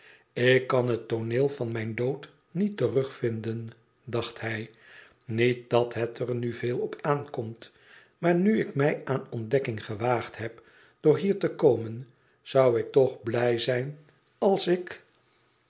ik kan het tooneel van mijn dood met terugvinden dacht hij niet dat het er nu veel op aankomt maar nu ik mij aan ontdekking gewaagd heb door hier te komen zou ik toch blij zijn als ik